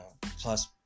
plus